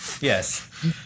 yes